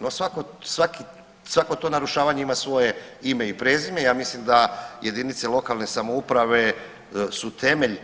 No svako to narušavanje ima svoje ime i prezime i ja mislim da jedinice lokalne samouprave su temelj